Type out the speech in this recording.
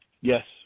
Yes